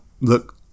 look